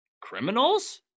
criminals